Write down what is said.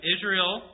Israel